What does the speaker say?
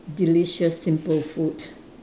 delicious simple food